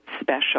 special